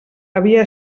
havia